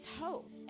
hope